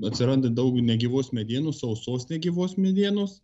atsiranda daug negyvos medienos sausos negyvos medienos